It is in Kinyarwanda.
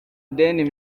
deni